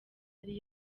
ari